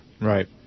Right